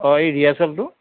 অঁ এই ৰিহাৰ্চেলটো